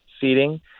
seating